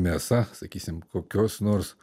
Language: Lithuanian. mėsa sakysim kokios nors